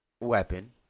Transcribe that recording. weapon